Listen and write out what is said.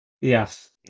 Yes